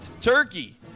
turkey